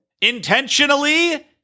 intentionally